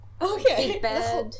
Okay